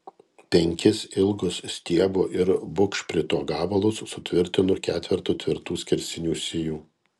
penkis ilgus stiebo ir bugšprito gabalus sutvirtinu ketvertu tvirtų skersinių sijų